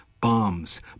bombs